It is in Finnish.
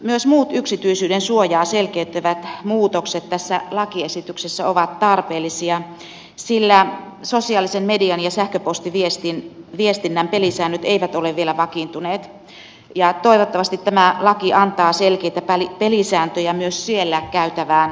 myös muut yksityisyydensuojaa selkeyttävät muutokset tässä lakiesityksessä ovat tarpeellisia sillä sosiaalisen median ja sähköpostiviestinnän pelisäännöt eivät ole vielä vakiintuneet ja toivottavasti tämä laki antaa selkeitä pelisääntöjä myös siellä käytävään viestintään